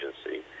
agency